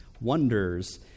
wonders